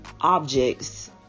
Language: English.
objects